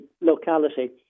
locality